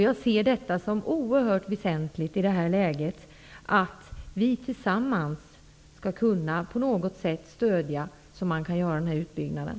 Jag ser det i det här läget som oerhört väsentligt att vi tillsammans på något sätt kan stödja Mönsterås bruk, så att man kan göra den här utbyggnaden.